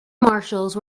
marshals